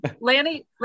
Lanny